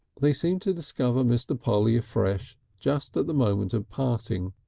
they seemed to discover mr. polly afresh just at the moment of parting,